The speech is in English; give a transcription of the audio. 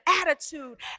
attitude